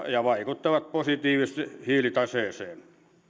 ja vaikuttavat positiivisesti hiilitaseeseen